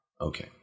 Okay